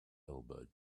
elbowed